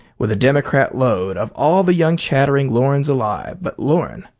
with a democrat-load of all the young chattering lorens alive, but loren,